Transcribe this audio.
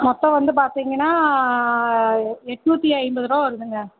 அப்போ வந்து பார்த்திங்கனா எண்நூத்தி ஐம்பதுரூபா வருதுங்க